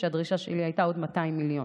כשהדרישה שלי הייתה עוד 200 מיליון.